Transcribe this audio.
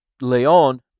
Leon